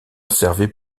servait